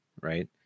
right